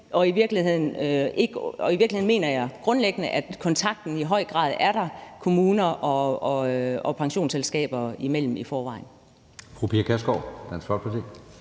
og i virkeligheden mener jeg grundlæggende, at kontakten kommuner og pensionsselskaber imellem i høj